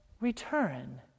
return